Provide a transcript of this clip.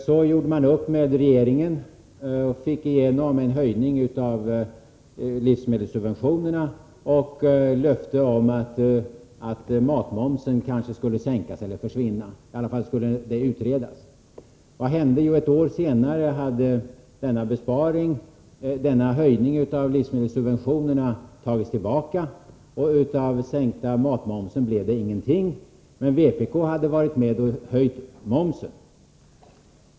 Vpk gjorde då upp med regeringen och fick igenom en höjning av livsmedelssubventionerna och ett löfte om att matmomsen kanske skulle sänkas eller försvinna, i varje fall skulle det utredas. Vad hände? Jo, ett år senare hade höjningen av livsmedelssubventionerna tagits tillbaka, och det blev ingen sänkning av matmomsen. Men vpk hade varit med och höjt momsen.